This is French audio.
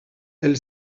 elle